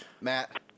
Matt